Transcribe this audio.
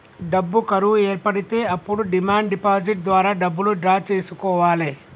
డబ్బు కరువు ఏర్పడితే అప్పుడు డిమాండ్ డిపాజిట్ ద్వారా డబ్బులు డ్రా చేసుకోవాలె